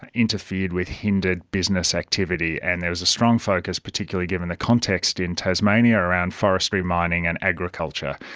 and interfered with, hindered business activity, and there was a strong focus, particularly given the context in tasmania, around forestry, mining and agriculture.